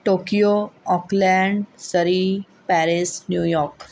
Tokyo Oakland Surrey Paris New York